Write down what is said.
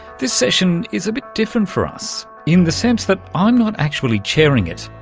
this session is a bit different for us in the sense that i'm not actually chairing it,